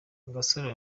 gasore